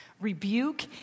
rebuke